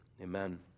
amen